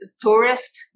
tourist